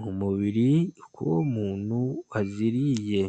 mu mubiri uko uwo umuntu waziriye.